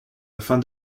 afin